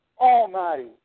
almighty